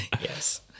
yes